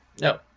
No